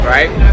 Right